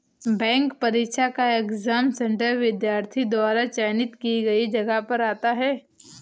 bank परीक्षा का exam centre विद्यार्थी द्वारा चयनित की गई जगह पर आता है